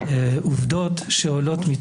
-- עוסקים בשאלה הזאת וניתן לשאוב מהם